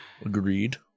Agreed